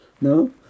No